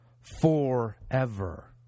forever